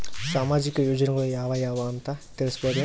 ಸಾಮಾಜಿಕ ಯೋಜನೆಗಳು ಯಾವ ಅವ ಅಂತ ತಿಳಸಬಹುದೇನು?